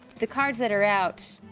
the cards that are out,